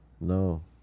no